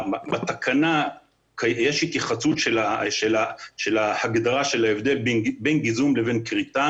בתקנה יש התייחסות של ההגדרה של ההבדל בין גיזום לבין כריתה,